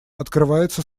открывается